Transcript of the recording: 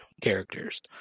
characters